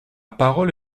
parole